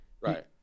Right